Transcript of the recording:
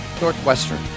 Northwestern